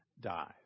dies